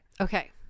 Okay